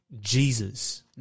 Jesus